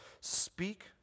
speak